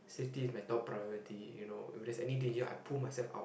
safety is my top priority you know if there's any danger I pull myself out